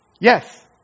Yes